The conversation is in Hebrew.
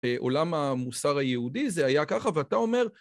בעולם המוסר היהודי זה היה ככה, ואתה אומר...